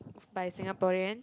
by Singaporean